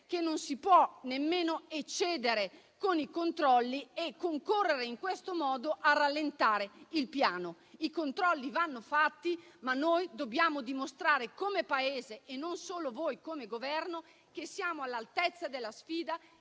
che non si può nemmeno eccedere con i controlli e concorrere in questo modo a rallentare il piano. I controlli vanno fatti, ma noi dobbiamo dimostrare, come Paese, e non solo voi come Governo, che siamo all'altezza della sfida,